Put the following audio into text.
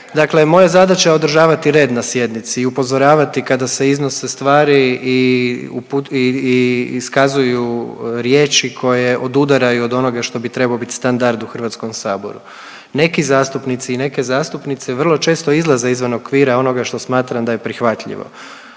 je zadaća održavati red na sjednici i upozoravati kada se iznose stvari i, i iskazuju riječi koje odudaraju od onoga što bi trebao bit standard u Hrvatskom saboru. Neki zastupnici i neke zastupnice, vrlo često izlaze izvan okvira onoga što smatram da je prihvatljivo.